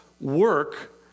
work